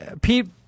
Pete